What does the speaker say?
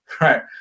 right